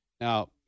now